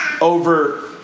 over